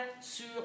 sur